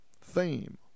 fame